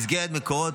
ובמסגרת מקורות